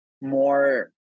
more